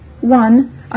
One